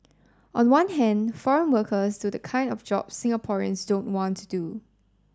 on one hand foreign workers do the kind of jobs Singaporeans don't want to do